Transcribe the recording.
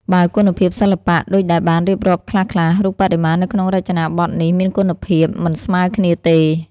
បើគុណភាពសិល្បៈ ដូចដែលបានរៀបរាប់ខ្លះៗ រូបបដិមានៅក្នុងរចនាបថនេះមានគុណភាព មិនស្មើគ្នាទេ។